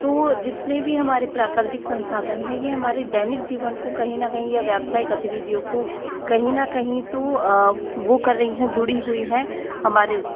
तो जितने भी हमारे प्राकृतिक संसाधन हैं यह हमारे दैनिक जीवन को कहीं न कहीं या व्यवसाय गतिविधियों को कहीं न कहीं तो वह कर रही है जुड़ी हुई हैं हमारे उस